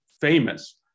famous